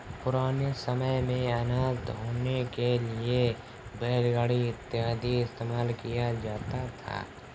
पुराने समय मेंअनाज को ढोने के लिए बैलगाड़ी इत्यादि का इस्तेमाल किया जाता था